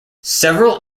several